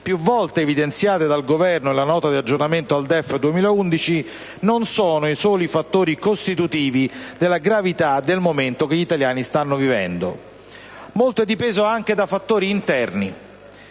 più volte evidenziati dal Governo nella Nota di aggiornamento al DEF 2011, non sono i soli fattori costitutivi della gravità del momento che gli italiani stanno vivendo. Molto è dipeso anche da fattori interni,